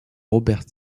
robert